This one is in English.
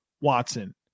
Watson